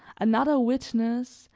another witness,